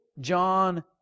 John